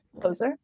Closer